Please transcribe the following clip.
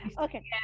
Okay